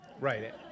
Right